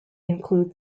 include